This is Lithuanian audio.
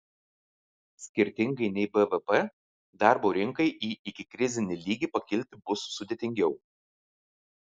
skirtingai nei bvp darbo rinkai į ikikrizinį lygį pakilti bus sudėtingiau